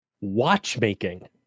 watchmaking